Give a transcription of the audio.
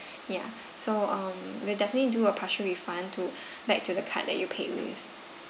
ya so um we'll definitely do a partial refund to back to the card that you paid with